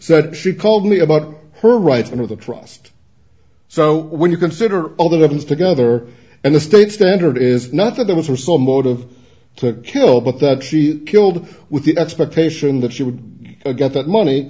said she called me about her rights under the trust so when you consider all the weapons together and the state standard is not that there were some lot of took killed but that she killed with the expectation that she would get that money